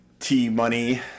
T-Money